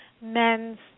men's